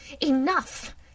Enough